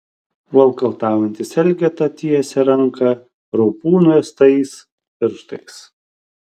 valkataujantis elgeta tiesia ranką raupų nuėstais pirštais